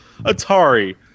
Atari